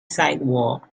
sidewalk